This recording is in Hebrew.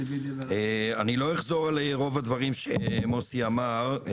לא אחזור על הדברים שכבר נאמרו,